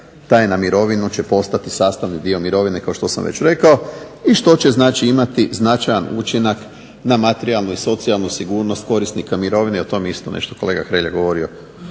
taj na mirovinu će postati sastavni dio mirovine kao što sam već rekao i što će imati značajan učinak na materijalnu i socijalnu sigurnost korisnika mirovine. O tom je isto nešto kolega Hrelja govorio,